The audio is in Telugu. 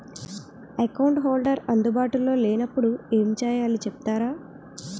అకౌంట్ హోల్డర్ అందు బాటులో లే నప్పుడు ఎం చేయాలి చెప్తారా?